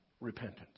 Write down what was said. repentance